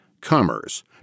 commerce